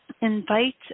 invite